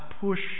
push